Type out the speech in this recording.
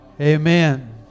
Amen